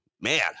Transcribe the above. man